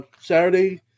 Saturday